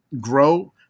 grow